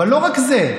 אבל לא רק זה,